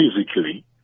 physically